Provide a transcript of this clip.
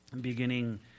Beginning